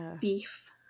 beef